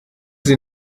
sie